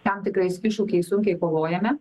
tam tikrais iššūkiais sunkiai kovojame